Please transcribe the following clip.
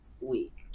week